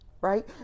Right